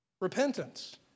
repentance